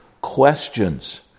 questions